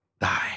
Die